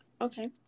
Okay